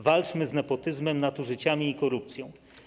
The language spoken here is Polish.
Walczmy z nepotyzmem, nadużyciami i korupcją.